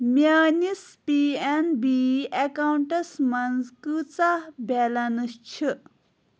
میٲنِس P N B اکاونٹَس منٛٛز کۭژاہ بیلنس چھ